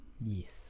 yes